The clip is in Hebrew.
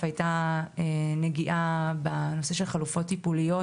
הייתה נגיעה בנושא של חלופות טיפוליות,